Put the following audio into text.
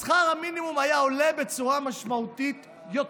שכר המינימום היה עולה בצורה משמעותית יותר.